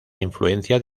influencia